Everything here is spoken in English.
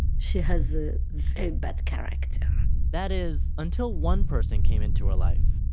she has ah a bad character that is, until one person came into her life.